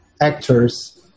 actors